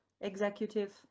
executive